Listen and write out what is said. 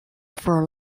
for